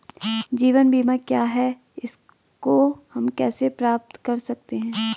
जीवन बीमा क्या है इसको हम कैसे कर सकते हैं?